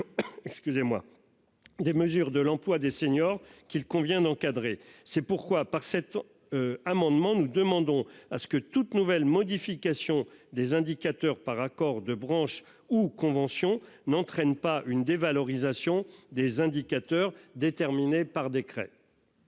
Des mesures de l'emploi des seniors qu'il convient d'encadrer. C'est pourquoi par cet. Amendement, nous demandons à ce que toute nouvelle modification des indicateurs par accord de branche ou conventions n'entraîne pas une dévalorisation des indicateurs déterminés par décret.